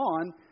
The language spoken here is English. on